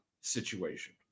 situation